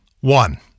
One